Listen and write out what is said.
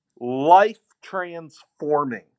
life-transforming